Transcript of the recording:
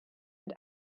mit